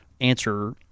answer